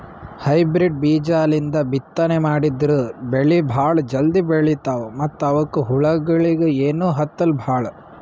hybrid ಬೀಜಾಲಿಂದ ಬಿತ್ತನೆ ಮಾಡದ್ರ್ ಬೆಳಿ ಭಾಳ್ ಜಲ್ದಿ ಬೆಳೀತಾವ ಮತ್ತ್ ಅವಕ್ಕ್ ಹುಳಗಿಳ ಏನೂ ಹತ್ತಲ್ ಭಾಳ್